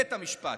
בבית המשפט.